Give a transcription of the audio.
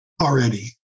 already